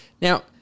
Now